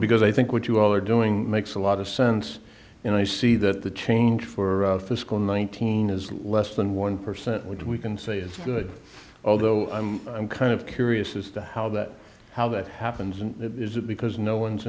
because i think what you all are doing makes a lot of sense and i see that the change for fiscal nineteen is less than one percent which we can say is good although i'm kind of curious as to how that how that happens and is it because no one's